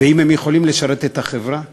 ואם הם יכולים לשרת את החברה,